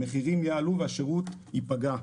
המחירים יעלו והשירות ייפגע.